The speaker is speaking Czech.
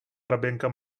hraběnka